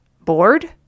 Bored